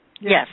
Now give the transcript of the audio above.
Yes